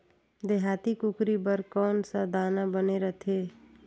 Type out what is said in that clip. देहाती कुकरी बर कौन सा दाना बने रथे?